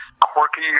quirky